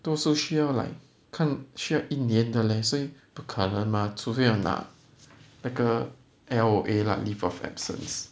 多数需要 like 看需要一年的 leh 所以不可能的吗除非要拿那个 L_O_A lah leave of absence